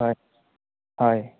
হয় হয়